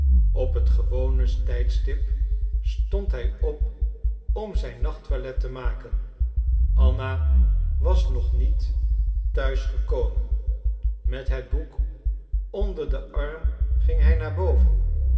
op het gewone tijdstip stond hij op om zijn nachttoilet te maken anna was nog niet te huis gekomen met het boek onder den arm ging hij naar boven